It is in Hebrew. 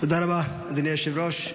תודה רבה, אדוני היושב-ראש.